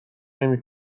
نمی